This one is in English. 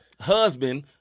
husband